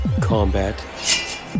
Combat